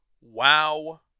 Wow